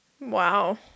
Wow